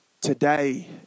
today